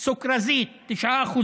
סוכרזית, 9%,